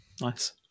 Nice